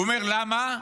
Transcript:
הוא אומר: למה?